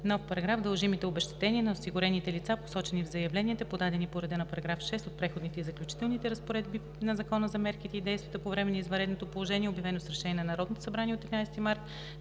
„Нов параграф. Дължимите обезщетения на осигурените лица, посочени в заявленията, подадени по реда на § 6 от преходните и заключителните разпоредби на Закона за мерките и действията по време на извънредното положение, обявено с решение на Народното събрание от 13 март